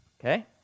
okay